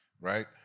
right